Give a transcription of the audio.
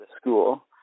school